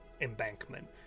embankment